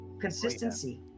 consistency